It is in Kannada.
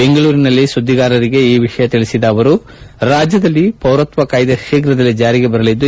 ಬೆಂಗಳೂರಿನಲ್ಲಿ ಸುದ್ದಿಗಾರರಿಗೆ ಈ ವಿಷಯ ತಿಳಿಸಿದ ಅವರು ರಾಜ್ಯದಲ್ಲಿ ಪೌರತ್ವ ಕಾಯ್ದೆ ಶೀಘದಲ್ಲೇ ಜಾರಿಗೆ ಬರಲಿದ್ದು